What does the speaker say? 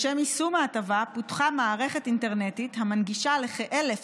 לשם יישום ההטבה פותחה מערכת אינטרנטית המנגישה לכ-1,000